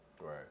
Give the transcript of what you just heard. right